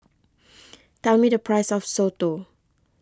tell me the price of Soto